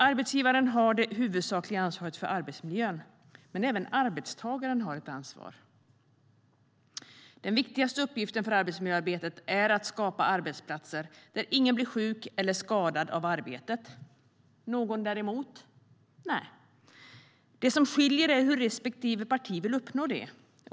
Arbetsgivaren har det huvudsakliga ansvaret för arbetsmiljön, men även arbetstagaren har ett ansvar. Den viktigaste uppgiften för arbetsmiljöarbetet är att skapa arbetsplatser där ingen blir sjuk eller skadad av arbetet. Någon däremot? Nej! Det som skiljer är hur respektive parti vill uppnå det.